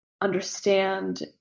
understand